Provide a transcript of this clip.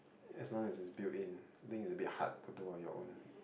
as long as is build in think is a bit hard to do on your own